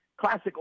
classic